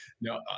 no